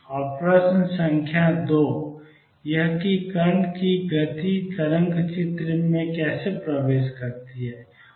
और प्रश्न संख्या 2 यह है कि कण की गति तरंग चित्र में कैसे प्रवेश करती है